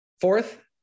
Fourth